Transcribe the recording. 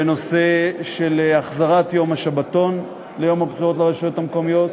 בנושא של החזרת יום השבתון ביום הבחירות לרשויות המקומיות,